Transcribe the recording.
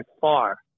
far